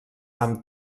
amb